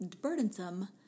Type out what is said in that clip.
burdensome